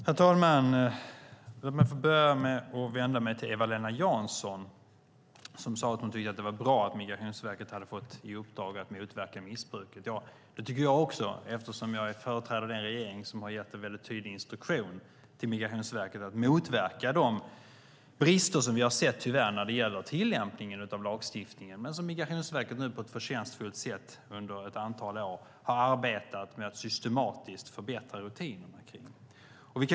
Herr talman! Låt mig få börja med att vända mig till Eva-Lena Jansson, som sade att hon tyckte att det var bra att Migrationsverket hade fått i uppdrag att motverka missbruk. Det tycker jag också, eftersom jag företräder den regering som har gett en tydlig instruktion till Migrationsverket att motverka de brister som vi tyvärr har sett när det gäller tillämpningen av lagstiftningen. Och Migrationsverket har på ett förtjänstfullt sätt under ett antal år arbetat med att systematiskt förbättra rutinerna kring detta.